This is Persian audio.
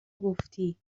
گفتی